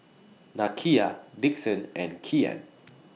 Nakia Dixon and Kian